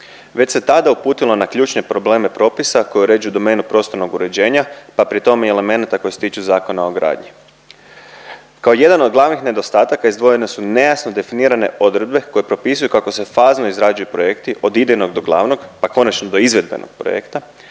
Već se tada uputilo na ključne probleme propisa koji uređuju domenu prostornog uređenja pa pritom i elemenata koji se tiču Zakona o gradnji. Kao jedan od glavnih nedostataka izdvojene su nejasno definirane odredbe koje propisuju kako se fazno izrađuju projekti od idejnog do glavnog pa konačno do izvedbenog projekta